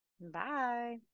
Bye